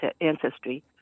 ancestry